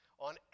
on